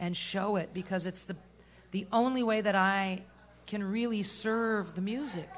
and show it because it's the the only way that i can really serve the music